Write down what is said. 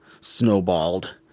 snowballed